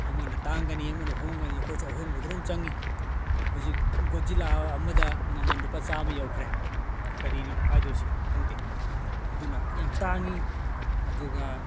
ꯑꯃꯅ ꯇꯥꯡꯒꯅꯤ ꯑꯃꯅ ꯍꯣꯡꯒꯅꯤ ꯑꯩꯈꯣꯏꯁꯨ ꯑꯍꯣꯡꯕꯗꯨꯗ ꯑꯗꯨꯝ ꯆꯪꯉꯤ ꯍꯧꯖꯤꯛ ꯒꯣꯖꯤꯜꯂꯥ ꯑꯃꯗ ꯃꯃꯜ ꯂꯨꯄꯥ ꯆꯥꯝꯃ ꯌꯧꯈ꯭ꯔꯦ ꯀꯔꯤꯅꯣ ꯍꯥꯏꯗꯣꯔꯤꯁꯦ ꯈꯪꯗꯦ ꯑꯗꯨꯅ ꯌꯥꯝ ꯇꯥꯡꯉꯤ ꯑꯗꯨꯒ